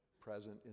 present